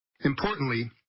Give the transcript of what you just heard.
Importantly